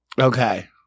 Okay